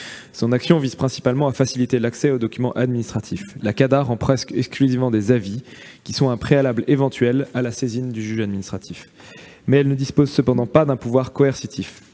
Son action vise principalement à faciliter l'accès aux documents administratifs. La CADA rend presque exclusivement des avis, qui sont un préalable éventuel à la saisine du juge administratif. Cependant, elle ne dispose pas d'un pouvoir coercitif.